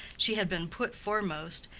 she had been put foremost,